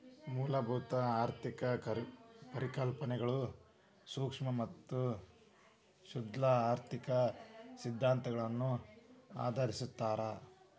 ಮೂಲಭೂತ ಆರ್ಥಿಕ ಪರಿಕಲ್ಪನೆಗಳ ಸೂಕ್ಷ್ಮ ಮತ್ತ ಸ್ಥೂಲ ಆರ್ಥಿಕ ಸಿದ್ಧಾಂತಗಳನ್ನ ಆಧರಿಸಿರ್ತಾವ